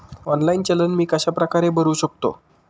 Online चलन मी कशाप्रकारे भरु शकतो?